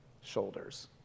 shoulders